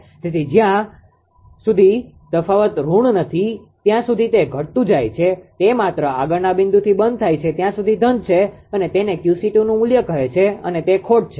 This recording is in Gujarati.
તેથી જ્યાં સુધી તફાવત ઋણ નથી ત્યાં સુધી તે ઘટતું જાય છે તે માત્ર આગળના બિંદુથી બંધ થાય ત્યાં સુધી ધન છે અને તેને 𝑄𝐶2નુ મુલ્ય કહે છે અને તે ખોટ છે